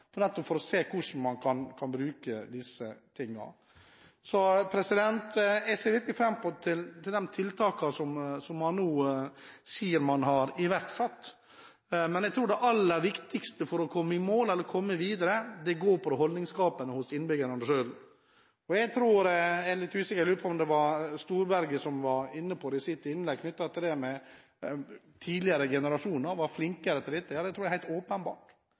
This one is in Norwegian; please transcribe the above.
nettopp for å se hvordan man kan bruke disse tingene. Jeg ser virkelig fram til de tiltakene som man nå sier man har iverksatt, men jeg tror det aller viktigste for å komme i mål eller komme videre, går på det holdningsskapende hos innbyggerne selv. Jeg tror det var Storberget som i sitt innlegg var inne på det med at tidligere generasjoner var flinkere til dette. Jeg tror det er helt